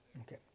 Okay